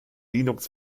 linux